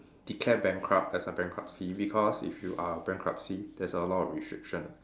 declare bankrupt as a bankruptcy because if you are bankruptcy there's a lot of restriction